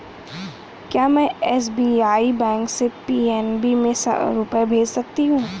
क्या में SBI bank से पी.एन.बी में रुपये भेज सकती हूँ?